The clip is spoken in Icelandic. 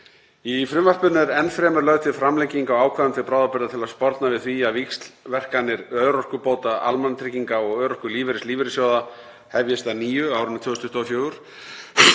Í frumvarpinu er enn fremur lögð til framlenging á ákvæðum til bráðabirgða til að sporna gegn því að víxlverkanir örorkubóta almannatrygginga og örorkulífeyris lífeyrissjóða hefjist að nýju á árinu 2024.